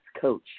coach